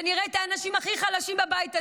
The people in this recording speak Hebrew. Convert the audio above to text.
ונראה את האנשים הכי חלשים בבית הזה.